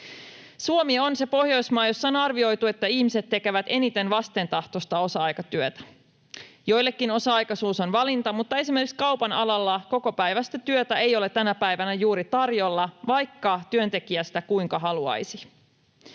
Suomi on se Pohjoismaa, jossa on arvioitu, että ihmiset tekevät eniten vastentahtoista osa-aikatyötä. Joillekin osa-aikaisuus on valinta, mutta esimerkiksi kaupan alalla kokopäiväistä työtä ei ole tänä päivänä juuri tarjolla, vaikka työntekijä sitä kuinka haluaisi.